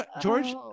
George